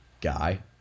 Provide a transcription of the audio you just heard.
guy